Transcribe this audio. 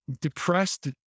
depressed